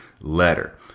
letter